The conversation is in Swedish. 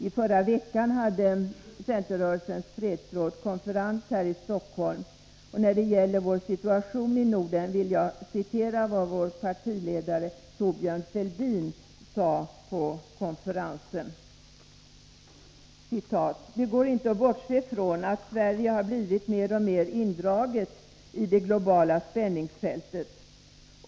I förra veckan hade fredsrådet konferens här i Stockholm, och när det gäller vår situation i Norden vill jag citera vad vår partiledare Thorbjörn Fälldin sade på konferensen: ”Det går inte att bortse ifrån att Sverige har blivit mer och mer indraget i det globala spänningsfältet.